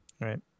right